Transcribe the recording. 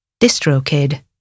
DistroKid